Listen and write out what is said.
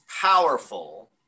powerful